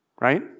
right